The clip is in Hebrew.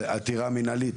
עתירה מנהלית,